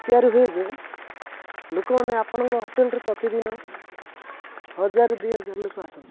ତିଆରି ହୁଏ ଯେ ଲୋକମାନେ ଆପଣଙ୍କ ହୋଟେଲରେ ପ୍ରତିଦିନ ହଜାରେ ଦୁଇହଜାର ଲୋକ ଆସନ୍ତି